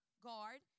guard